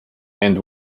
and